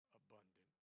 abundant